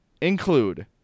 include